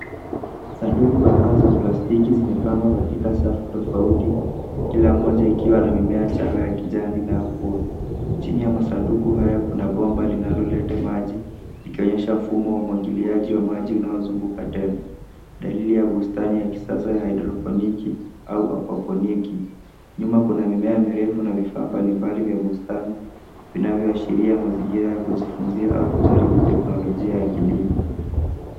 Sanduku kadhaa za plastiki zimepangwa katika safu tofauti, kila moja ikiwa na mimea changa na ya kijani inayokua. Chini ya masanduku haya kuna bomba linaloleta maji, ikionyesha mfumo wa umwagiliaji wa maji unaozunguka tena. Dalili ya bustani ya kisasa ya hydroponiki au aquaponiki . Nyuma kuna mimea mirefu na vifaa mbali mbalin vya bustani vinavyoashiria mazingira ya kujifunzia au kujaribu teknolojia ya kilimo.